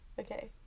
okay